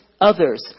others